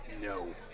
No